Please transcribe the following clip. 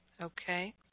Okay